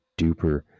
duper